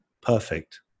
perfect